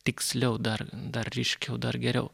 tiksliau dar dar ryškiau dar geriau